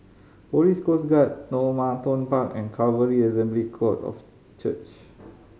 Police Coast Guard Normanton Park and Calvary Assembly God of Church